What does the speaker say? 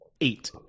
eight